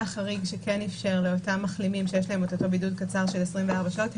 היה חריג שכן אפשר לאותם מחלימים שיש להם אותו בידוד קצר של 24 שעות.